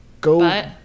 go